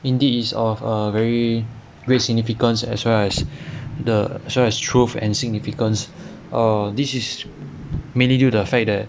indeed it's of a very great significance as well as the as well as truth and significance err this is mainly due to the fact that